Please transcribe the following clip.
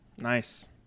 Nice